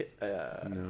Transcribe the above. No